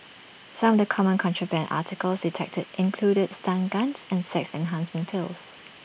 some of the common contraband articles detected included stun guns and sex enhancement pills